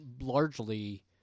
largely